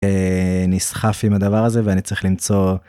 נסחף עם הדבר הזה ואני צריך למצוא.